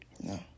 no